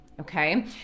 Okay